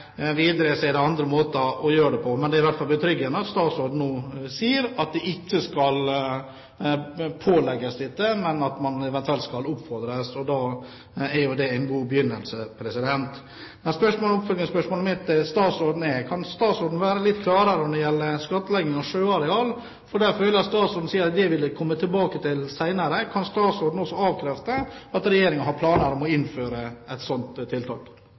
på. Men det er i hvert fall betryggende at statsråden nå sier at man ikke skal pålegge næringen dette, men eventuelt oppfordre den. Da er jo det en god begynnelse. Oppfølgingsspørsmålene mine til statsråden er: Kan statsråden være litt klarere når det gjelder skattlegging av sjøareal, for der føler jeg at statsråden sier at hun vil komme tilbake til det senere? Kan statsråden også avkrefte at regjeringen har planer om å innføre et slikt tiltak?